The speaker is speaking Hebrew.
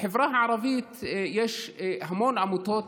בחברה הערבית יש המון עמותות.